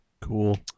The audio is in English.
Cool